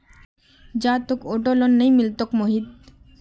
जा, तोक auto loan नइ मिलतोक मोहित